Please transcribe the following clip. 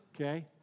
Okay